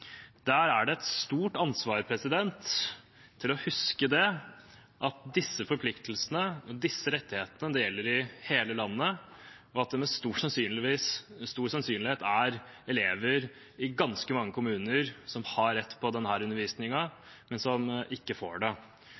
er et stort ansvar å huske på at disse forpliktelsene og disse rettighetene gjelder i hele landet, og at det med stor sannsynlighet er elever i ganske mange kommuner som har rett på slik undervisning, men som ikke får det.